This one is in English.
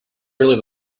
earlier